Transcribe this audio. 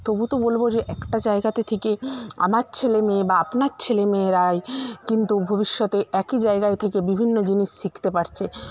তবু তো বলবো যে একটা জায়গাতে থেকে আমার ছেলে মেয়ে বা আপনার ছেলে মেয়েরাই কিন্তু ভবিষ্যতে একই জায়গায় থেকে বিভিন্ন জিনিস শিখতে পারছে